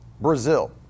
Brazil